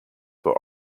for